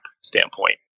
standpoint